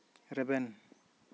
ᱨᱮᱵᱮᱱ